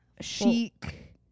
chic